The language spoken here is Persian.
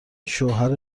شوهر